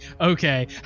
Okay